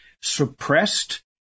suppressed